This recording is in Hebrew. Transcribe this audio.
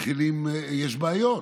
יש בעיות.